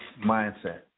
mindset